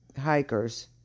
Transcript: hikers